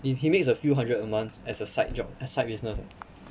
he he makes a few hundred a month as a side job a side business leh